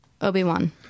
Obi-Wan